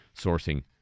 sourcing